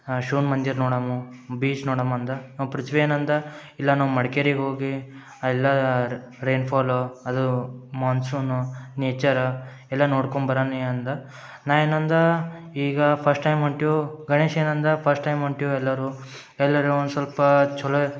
ಶಿವನ ಮಂದಿರ ನೋಡಮ್ಮು ಬೀಚ್ ನೋಡಮ್ ಅಂದ ಅವ್ ಪೃಥ್ವಿ ಏನಂದ ಇಲ್ಲ ನಾವು ಮಡಿಕೇರಿ ಹೋಗಿ ಎಲ್ಲದಾರು ರೇನ್ಫಾಲೋ ಅದು ಮಾನ್ಸೂನು ನೇಚರ್ ಎಲ್ಲ ನೋಡ್ಕೊಂಡು ಬರನಿ ಅಂದ ನಾ ಏನಂದ ಈಗ ಫಸ್ಟ್ ಟೈಮ್ ಹೊಂಟೀವು ಗಣೇಶ್ ಏನಂದ ಫಸ್ಟ್ ಟೈಮ್ ಹೊಂಟೀವಿ ಎಲ್ಲರು ಎಲ್ಲರು ಒಂದು ಸ್ವಲ್ಪ ಛಲೋ ಇರ್